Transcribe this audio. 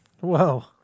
Whoa